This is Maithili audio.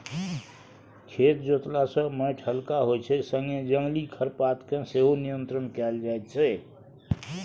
खेत जोतला सँ माटि हलका होइ छै संगे जंगली खरपात केँ सेहो नियंत्रण कएल जाइत छै